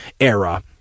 era